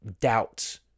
doubts